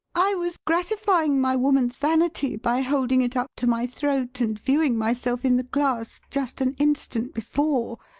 i was gratifying my woman's vanity by holding it up to my throat and viewing myself in the glass just an instant before,